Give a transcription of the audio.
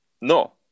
No